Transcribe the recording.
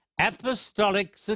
apostolic